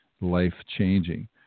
life-changing